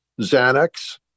Xanax